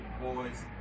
Boys